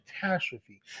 catastrophe